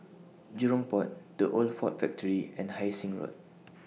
Jurong Port The Old Ford Factory and Hai Sing Road